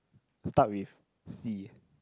start with C